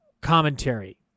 commentary